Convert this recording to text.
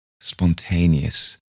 spontaneous